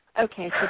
Okay